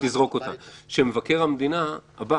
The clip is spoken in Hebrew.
שמבקר המדינה הבא